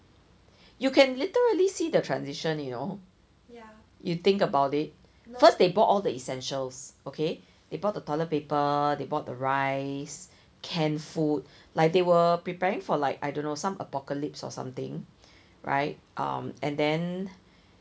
you can literally see the transition you know you think about it first they bought all the essentials okay they bought the toilet paper they bought the rice canned food like they were preparing for like I don't know some apocalypse or something right um and then